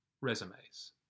resumes